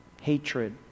hatred